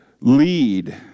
lead